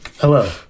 Hello